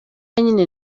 nyine